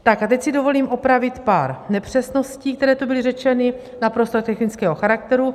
A teď si dovolím opravit pár nepřesností, které tu by řečeny, naprosto technického charakteru.